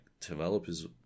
developers